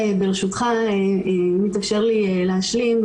ברשותך, אם תאפשר לי להשלים.